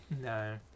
no